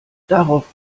darauf